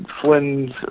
Flynn's